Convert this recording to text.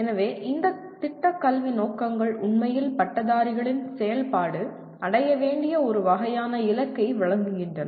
எனவே இந்த திட்ட கல்வி நோக்கங்கள் உண்மையில் பட்டதாரிகளின் செயல்பாடு அடைய வேண்டிய ஒரு வகையான இலக்கை வழங்குகின்றன